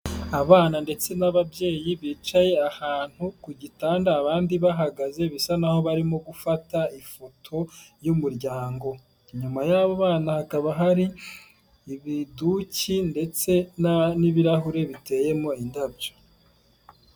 Abana ndetse n'ababyeyi bicaye ahantu ku gitanda abandi bahagaze bisa naho barimo gufata ifoto y'umuryango, inyuma yabo bana hakaba hari ibiduki ndetse n'ibirahuri biteyemo indabo.